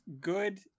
good